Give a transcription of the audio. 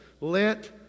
let